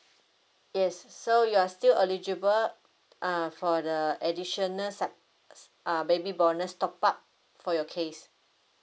yes so you're still eligible uh for the additional set uh baby bonus top up for your case